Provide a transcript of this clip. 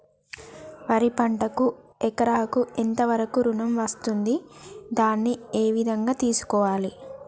వరి పంటకు ఎకరాకు ఎంత వరకు ఋణం వస్తుంది దాన్ని ఏ విధంగా తెలుసుకోవాలి?